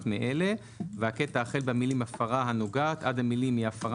מאלה:" והקטע החל במילים "הפרה הנוגעת" עד המילים "היא הפרה